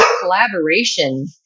collaboration